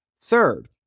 Third